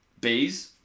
Bees